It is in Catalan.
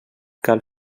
cal